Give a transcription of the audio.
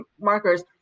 markers